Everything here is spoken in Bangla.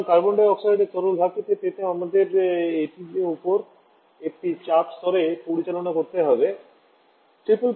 সুতরাং কার্বন ডাই অক্সাইডের তরল ধাপটি পেতে আমাদের এটিকে উপরে একটি চাপ স্তরে পরিচালনা করতে হবে